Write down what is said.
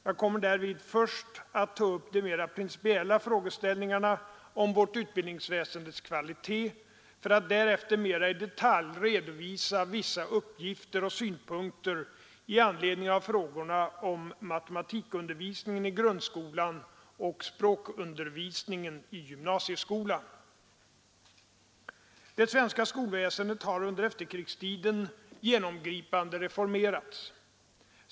Jag kommer därvid att först ta upp de mer principiella frågeställningarna om vårt utbildningsväsendes kvalitet, för att därefter mer i detalj redovisa vissa uppgifter och synpunkter i anledning av frågorna om matematikundervisningen i grundskolan och språkundervisningen i gymnasieskolan. Det svenska skolväsendet har under efterkrigstiden genomgripande reformerats.